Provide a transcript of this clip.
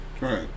Right